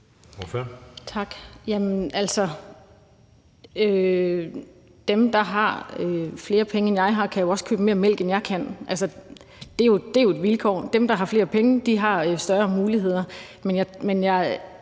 Brown (LA): Tak. Dem, der har flere penge, end jeg har, kan jo også købe mere mælk, end jeg kan. Det er jo et vilkår. Dem, der har flere penge, har større muligheder. Men jeg